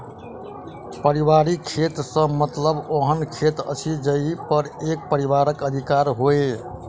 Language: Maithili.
पारिवारिक खेत सॅ मतलब ओहन खेत अछि जाहि पर एक परिवारक अधिकार होय